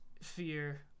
fear